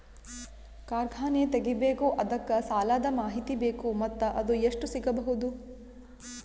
ಕಾರ್ಖಾನೆ ತಗಿಬೇಕು ಅದಕ್ಕ ಸಾಲಾದ ಮಾಹಿತಿ ಬೇಕು ಮತ್ತ ಅದು ಎಷ್ಟು ಸಿಗಬಹುದು?